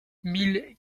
mille